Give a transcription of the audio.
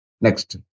next